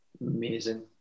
Amazing